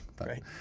Right